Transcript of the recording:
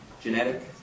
Genetic